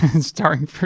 Starring